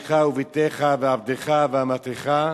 ובנך ובתך ועבדך ואמתך,